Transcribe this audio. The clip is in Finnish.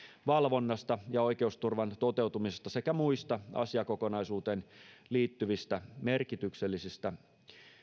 valvonnasta ja oikeusturvan toteutumisesta sekä muista asiakokonaisuuteen liittyvistä merkityksellisistä